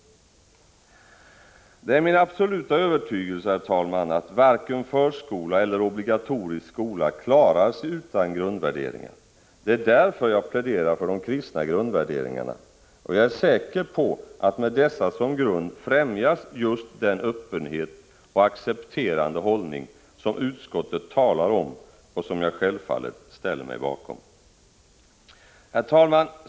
Det är min absoluta övertygelse, herr talman, att varken förskola eller obligatorisk skola klarar sig utan grundvärderingar. Det är därför jag pläderar för de kristna grundvärderingarna. Och jag är säker på att med dessa som grund främjas just den öppenhet och accepterande hållning som utskottet talar om och som jag självfallet ställer mig bakom. Herr talman!